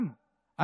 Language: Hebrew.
גם.